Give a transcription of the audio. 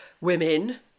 women